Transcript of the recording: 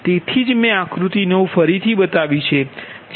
તેથી જ મેં આકૃતિ 9 ફરીથી બતાવી છે